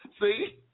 See